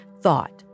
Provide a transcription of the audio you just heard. thought